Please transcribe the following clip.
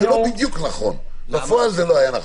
בפועל זה לא היה נכון.